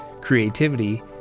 creativity